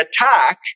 attack